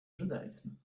judaism